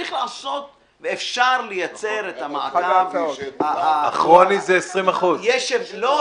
אפשר לייצר את --- הכרוני זה 20%. לא,